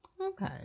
Okay